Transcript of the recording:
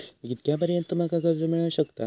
कितक्या पर्यंत माका कर्ज मिला शकता?